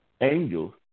angels